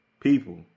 people